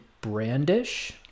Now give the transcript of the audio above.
brandish